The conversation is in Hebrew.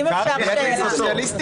נשאלת